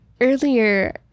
earlier